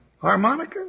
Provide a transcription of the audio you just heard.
Harmonica